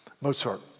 Mozart